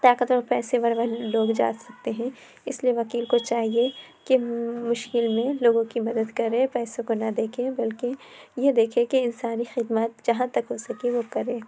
طاقت اور پیسے ور والے لوگ جا سکتے ہیں اِس لیے وکیل کو چاہیے کہ مشکل میں لوگوں کی مدد کرے پیسوں کو نہ دیکھے بلکہ یہ دیکھے کہ انسانی خدمات جہاں تک ہو سکے وہ کرے